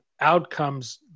outcomes